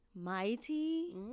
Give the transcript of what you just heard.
Mighty